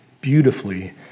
beautifully